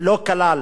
לא כלל